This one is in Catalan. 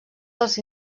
dels